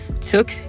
took